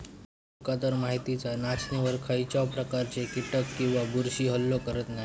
तुकातर माहीतच हा, नाचणीवर खायच्याव प्रकारचे कीटक किंवा बुरशी हल्लो करत नाय